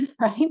right